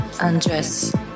undress